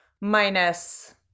minus